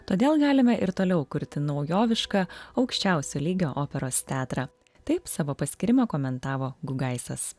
todėl galime ir toliau kurti naujovišką aukščiausio lygio operos teatrą taip savo paskyrimą komentavo gugaisas